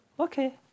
Okay